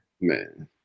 Man